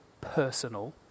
personal